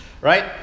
right